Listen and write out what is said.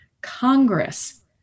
Congress